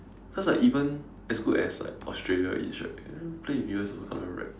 cause like even as good as like Australia is right play with U_S also kena wreck